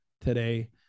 today